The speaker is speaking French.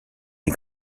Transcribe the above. des